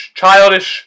childish